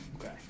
Okay